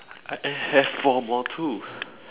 I have four more too